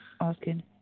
asking